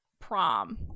prom